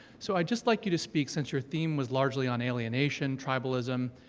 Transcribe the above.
so i'd just like you to speak, since your theme was largely on alienation, tribalism,